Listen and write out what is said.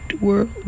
world